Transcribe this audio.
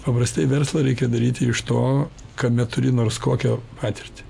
paprastai verslą reikia daryti iš to kame turi nors kokią patirtį